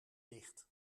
dicht